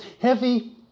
Heavy